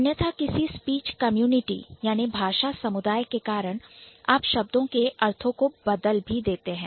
अन्यथा किसी speech community speech community भाषा समुदाय के कारण आप शब्दों के अर्थों को भी बदल देते हैं